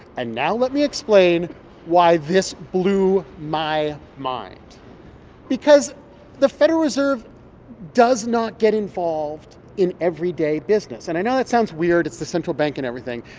and now let me explain why this blew my mind because the federal reserve does not get involved in everyday business. and i know that sounds weird. it's the central bank and everything.